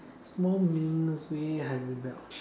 small meaningless way I rebelled